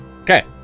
Okay